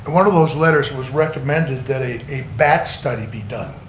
one of those letters was recommended that a a bat study be done